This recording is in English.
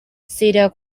cedar